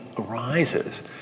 arises